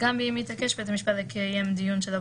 "גם באם יתעקש בית-המשפט לקיים דיון שלא